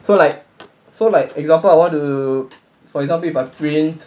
so like so like example I want to for example if I print